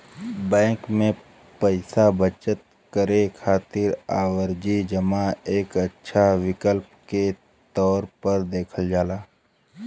bank में पैसा बचत करे खातिर आवर्ती जमा एक अच्छा विकल्प के तौर पर देखल जाला